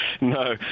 No